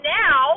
now